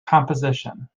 composition